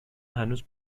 هنوز